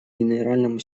генеральному